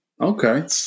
Okay